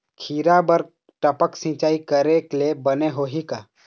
खिरा बर टपक सिचाई करे ले बने होही का?